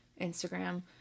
Instagram